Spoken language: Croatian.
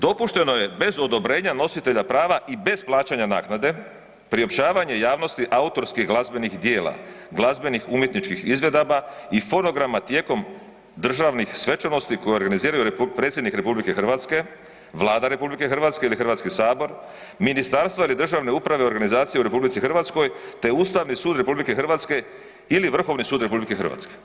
Dopušteno je bez odobrenja nositelja prava i bez plaćanja naknade priopćavanje javnosti autorskih glazbenih djela, glazbenih umjetničkih izvedaba i fonograma tijekom državnih svečanosti koje organiziraju predsjednik RH, Vlada RH ili Hrvatski sabor, ministarstva ili državne uprave u organizaciji u RH te Ustavni sud RH ili Vrhovni sud RH.